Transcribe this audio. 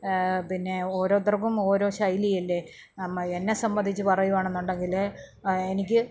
പിന്നേ ഒരോർത്തർക്കും ഓരോ ശൈലിയല്ലേ നമ്മ എന്നെ സംബന്ധിച്ച് പറയുക ആണെന്നുണ്ടെങ്കില് എനിക്ക്